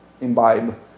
imbibe